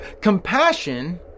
Compassion